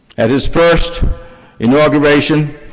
at his first inauguration,